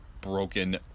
broken